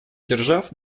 держав